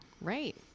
right